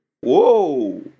Whoa